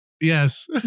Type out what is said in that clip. Yes